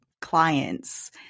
clients